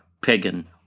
pagan